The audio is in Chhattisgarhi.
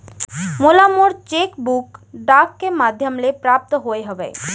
मोला मोर चेक बुक डाक के मध्याम ले प्राप्त होय हवे